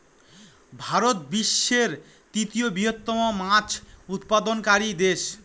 ভারত বিশ্বের তৃতীয় বৃহত্তম মাছ উৎপাদনকারী দেশ